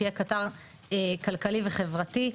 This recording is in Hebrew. תהיה קטר כלכלי וחברתי.